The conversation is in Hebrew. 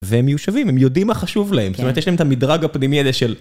והם מיושבים, הם יודעים מה חשוב להם, זאת אומרת יש להם את המדרג הפנימי הזה של...